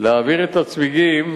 להעביר את הצמיגים